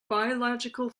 biological